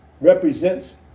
represents